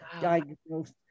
diagnosed